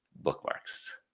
bookmarks